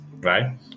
right